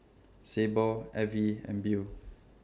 Sable Avie and Beau